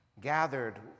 gathered